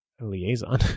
liaison